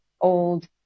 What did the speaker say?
old